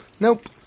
Nope